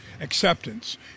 acceptance